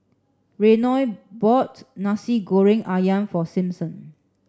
Reynold bought nasi goreng ayam for Simpson